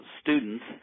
students